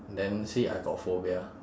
then see I got phobia